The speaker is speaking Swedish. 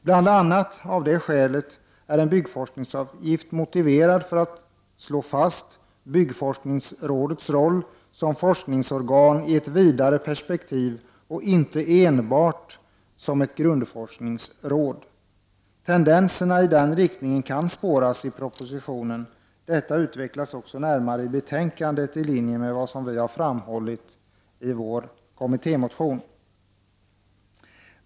Bl.a. av det skälet är en byggforskningsavgift motiverad för att slå fast byggforskningsrådets roll som forskningsorgan i ett vidare perspektiv och inte enbart som ett grundforskningsråd. Tendenser i den riktningen kan spåras i propositionen. Detta utvecklas också närmare i betänkandet, i linje med vad vi framhåller i centerns kommittémotion.